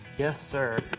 yes, sir.